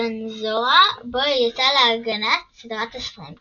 צנזורה בו יצאה להגנת סדרת הספרים,